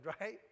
right